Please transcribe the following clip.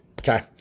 Okay